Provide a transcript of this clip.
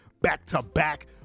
back-to-back